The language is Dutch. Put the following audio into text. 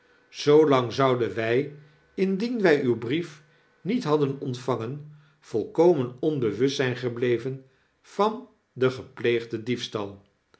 zoo lang zouden wy indien wij uw brief niet hadden ontvangen volkomen onbewust zp gebleven van den gepleegden diefstal